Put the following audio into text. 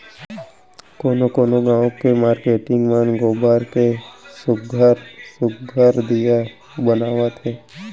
कोनो कोनो गाँव के मारकेटिंग मन गोबर के सुग्घर सुघ्घर दीया बनावत हे